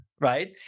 Right